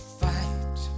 fight